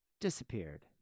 disappeared